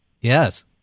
Yes